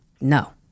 No